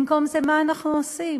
במקום זה מה אנחנו עושים?